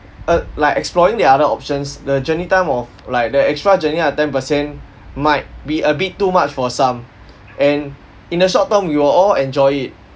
err like exploring the other options the journey time of like the extra journey of ten per cent might be a bit too much for some and in a short term we will all enjoy it